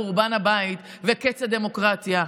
חורבן הבית וקץ הדמוקרטיה.